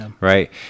right